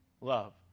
love